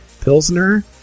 Pilsner